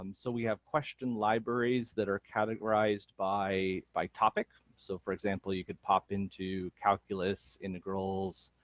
um so we have question libraries that are categorised by by topic. so for example you could pop into calculus, integrals,